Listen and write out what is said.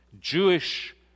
Jewish